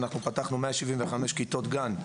אנחנו פתחנו 175 כיתות גן,